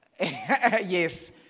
yes